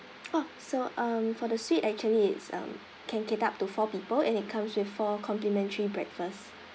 oh so um for the suite actually it's um can cater up to four people and it comes with four complimentary breakfast